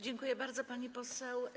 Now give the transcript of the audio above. Dziękuję bardzo, pani poseł.